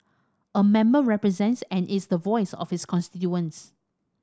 a member represents and is the voice of his constituents